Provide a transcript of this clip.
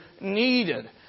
needed